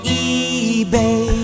eBay